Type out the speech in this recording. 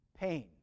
Pain